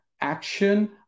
action